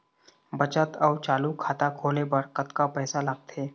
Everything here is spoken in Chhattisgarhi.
बचत अऊ चालू खाता खोले बर कतका पैसा लगथे?